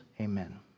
Amen